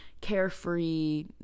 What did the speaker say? carefree